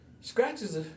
scratches